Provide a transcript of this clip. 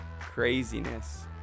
Craziness